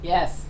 Yes